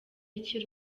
akiri